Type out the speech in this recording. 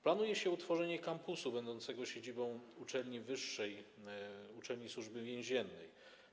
Planuje się utworzenie kampusu będącego siedzibą uczelni wyższej, uczelni Służby Więziennej.